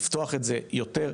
לפתוח את זה יותר.